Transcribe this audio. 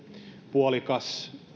puolikas